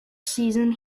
season